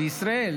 בישראל.